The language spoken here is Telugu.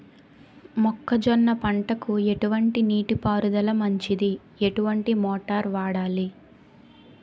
మొక్కజొన్న పంటకు ఎటువంటి నీటి పారుదల మంచిది? ఎటువంటి మోటార్ వాడాలి?